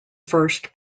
first